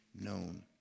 known